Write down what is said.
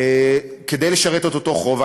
כדי לשרת את אותו חוב,